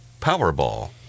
Powerball